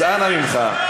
אז אנא ממך.